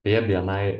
beje bni